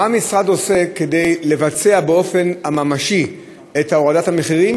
מה המשרד עושה כדי לבצע באופן ממשי את הורדת המחירים